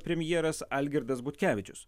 premjeras algirdas butkevičius